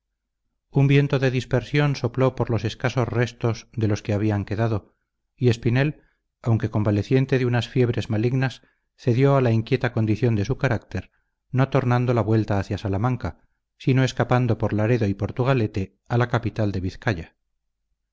un viento de dispersión sopló por los escasos restos de los que habían quedado y espinel aunque convaleciente de unas fiebres malignas cedió a la inquieta condición de su carácter no tornando la vuelta hacia salamanca sino escapando por laredo y portugalete a la capital de vizcaya